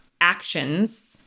actions